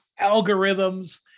algorithms